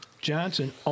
Johnson